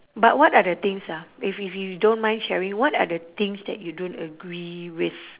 but what are the things ah if if you don't mind sharing what are the things that you don't agree with